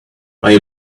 may